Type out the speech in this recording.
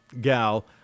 gal